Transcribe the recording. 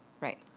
Right